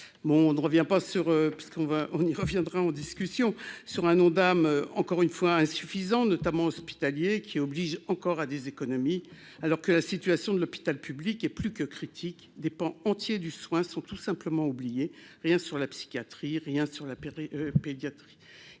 un Ondam, encore une fois, insuffisant, notamment hospitaliers qui oblige encore à des économies, alors que la situation de l'hôpital public est plus que critique des pans entiers du soin sont tout simplement oublié, rien sur la psychiatrie, rien sur l'apéritif